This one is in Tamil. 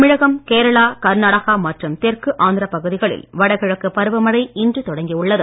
தமிழகம் கேரளா கர்நாடகா மற்றும் தெற்கு ஆந்திரப் பகுதிகளில் வடகிழக்கு பருவமழை இன்று தொடங்கியுள்ளது